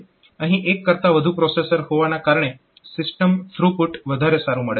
અહીં એક કરતા વધુ પ્રોસેસર હોવાના કારણે સિસ્ટમ થ્રુપુટ વધારે સારું મળે છે